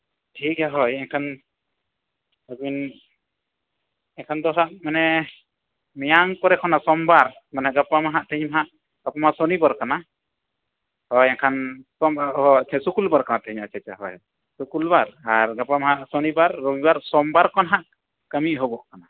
ᱴᱷᱤᱠ ᱜᱮᱭᱟ ᱦᱳᱭ ᱮᱱᱠᱷᱟᱱ ᱟᱹᱵᱤᱱ ᱮᱱᱠᱷᱟᱱ ᱫᱚ ᱦᱟᱸᱜ ᱢᱟᱱᱮ ᱢᱮᱭᱟᱝ ᱠᱚᱨᱮ ᱠᱷᱚᱱᱟᱜ ᱥᱚᱢᱵᱟᱨ ᱢᱟᱱᱮ ᱜᱟᱯᱟ ᱢᱟ ᱦᱟᱸᱜ ᱛᱮᱦᱮᱧ ᱦᱟᱸᱜ ᱥᱚᱱᱤᱵᱟᱨ ᱠᱟᱱᱟ ᱦᱳᱭ ᱮᱱᱠᱷᱟᱱ ᱥᱚᱢᱵᱟᱨ ᱦᱳᱭ ᱟᱪᱪᱷᱟ ᱥᱩᱠᱩᱞᱵᱟᱨ ᱠᱟᱱᱟ ᱛᱮᱦᱮᱧ ᱟᱪᱪᱷᱟ ᱟᱪᱪᱷᱟ ᱦᱳᱭ ᱥᱩᱠᱩᱞᱵᱟᱨ ᱟᱨ ᱜᱟᱯᱟ ᱢᱟ ᱦᱟᱸᱜ ᱥᱚᱱᱤ ᱵᱟᱨ ᱨᱚᱵᱤ ᱵᱟᱨ ᱥᱚᱢᱵᱟᱨ ᱠᱷᱚᱱ ᱦᱟᱸᱜ ᱠᱟᱹᱢᱤ ᱮᱦᱚᱵᱚᱜ ᱠᱟᱱᱟ